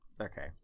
Okay